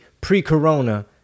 pre-corona